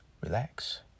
relax